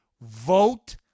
vote